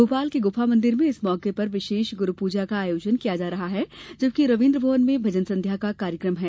भोपाल के गुफा मंदिर में इस मौके पर विशेष गुरू पूजा का कार्यक्रम किया जा रहा है जबकि रवीन्द्र भवन में भजन संध्या का कार्यक्रम है